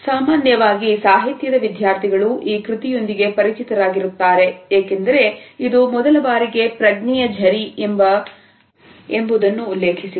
ಸಾಮಾನ್ಯವಾಗಿ ಸಾಹಿತ್ಯದ ವಿದ್ಯಾರ್ಥಿಗಳು ಈ ಕೃತಿಯೊಂದಿಗೆ ಪರಿಚಿತರಾಗಿ ಇರುತ್ತಾರೆ ಏಕೆಂದರೆ ಇದು ಮೊದಲ ಬಾರಿಗೆ ಪ್ರಜ್ಞೆಯ ಜರಿ ಎಂಬುದನ್ನು ಉಲ್ಲೇಖಿಸಿದೆ